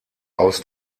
aus